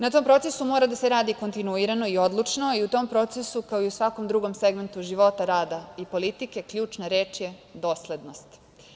Na tom procesu mora da se radi kontinuirano i odlučno a i u tom procesu, kao i u svakom drugom segmentu života, rada i politike, ključna reč je doslednost.